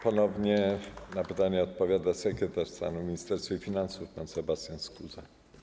Ponownie na pytania odpowiada sekretarz stanu w Ministerstwie Finansów pan Sebastian Skuza.